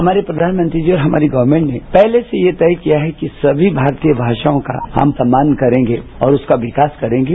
हमारे प्रधानमंत्री जी और हमारी गवर्नमेंट ने पहले से यह तय किया है कि सभी भारतीय भाषाओं का हम सम्मान करेंगे और उसका विकास करेंगे